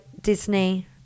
Disney